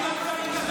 זה סדר?